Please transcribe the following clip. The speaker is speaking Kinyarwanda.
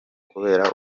kubera